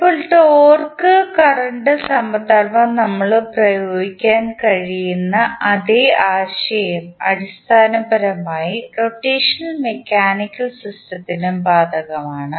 ഇപ്പോൾ torque current സമധർമ്മം നമുക്ക് ഉപയോഗിക്കാൻ കഴിയുന്ന അതേ ആശയം അടിസ്ഥാനപരമായി റൊട്ടേഷൻ മെക്കാനിക്കൽ സിസ്റ്റത്തിനും ബാധകമാണ്